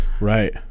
Right